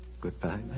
Goodbye